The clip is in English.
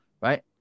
Right